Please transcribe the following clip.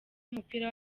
w’umupira